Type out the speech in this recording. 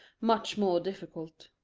much more difficult.